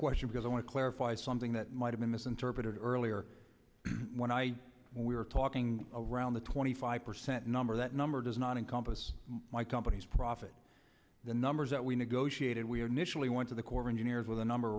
question because i want to clarify something that might have been misinterpreted earlier when i we were talking around the twenty five percent number that number does not encompass my company's profit the numbers that we negotiated we are nish really went to the corps of engineers with a number